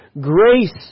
grace